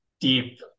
deep